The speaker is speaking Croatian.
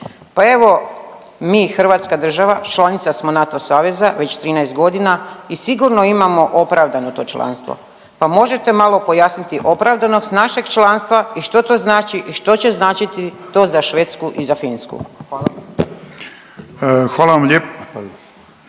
Pa evo mi hrvatska država članica smo NATO saveza već 13 godina i sigurno imamo opravdano to članstvo, pa možete malo pojasniti opravdanost našeg članstva i što to znači i što će značiti to za Švedsku i za Finsku. Hvala.